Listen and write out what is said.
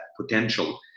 potential